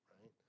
right